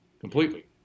completely